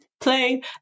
Play